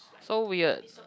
so weird